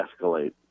escalate